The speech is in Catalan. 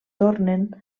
tornen